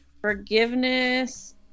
Forgiveness